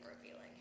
revealing